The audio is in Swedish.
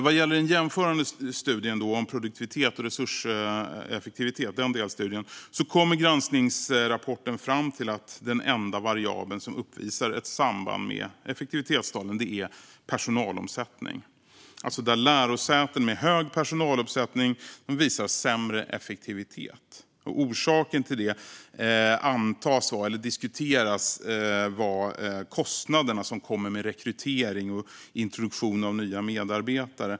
Vad gäller den jämförande delstudien, om produktivitet och resurseffektivitet, kommer granskningsrapporten fram till att den enda variabeln som uppvisar ett samband med effektivitetstalen är personalomsättning. Lärosäten med hög personalomsättning visar sämre effektivitet. Orsaken till det diskuteras. Det kan till exempel vara kostnaderna som kommer med rekrytering och introduktion av nya medarbetare.